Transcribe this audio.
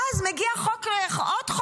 ואז מגיע חוק נוסף,